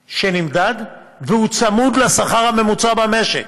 שנמדד, והוא צמוד לשכר הממוצע במשק.